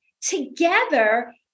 Together